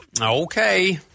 Okay